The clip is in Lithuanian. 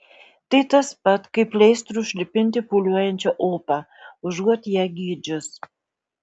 tai tas pat kaip pleistru užlipinti pūliuojančią opą užuot ją gydžius